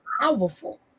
powerful